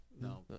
No